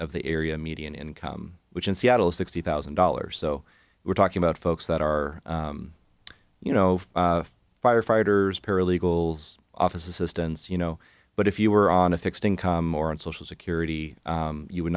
of the area median income which in seattle is sixty thousand dollars so we're talking about folks that are you know firefighters paralegals office assistance you know but if you were on a fixed income or on social security you would